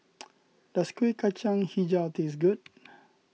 does Kuih Kacang HiJau taste good